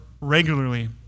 regularly